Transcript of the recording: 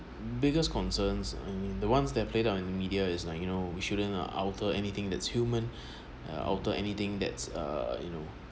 biggest concerns the ones that are played out in media is like you know we shouldn't uh alter anything that's human or alter anything that's uh you know